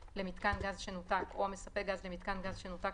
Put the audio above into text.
למיתקן גז שנותק או המספק גז למיתקן גז שנותק,